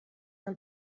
del